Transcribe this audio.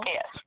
Yes